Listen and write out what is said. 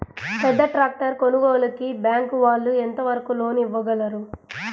పెద్ద ట్రాక్టర్ కొనుగోలుకి బ్యాంకు వాళ్ళు ఎంత వరకు లోన్ ఇవ్వగలరు?